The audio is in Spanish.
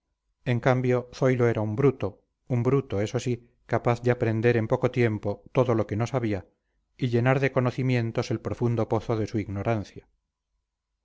en cambio zoilo era un bruto un bruto eso sí capaz de aprender en poco tiempo todo lo que no sabía y llenar de conocimientos el profundo pozo de su ignorancia